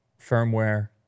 firmware